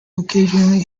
occasionally